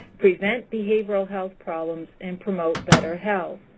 prevent behavioral health problems, and promote better health.